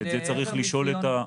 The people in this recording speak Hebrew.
ולעזר מציון של מד"א.